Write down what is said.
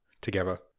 together